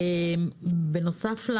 בנוסף,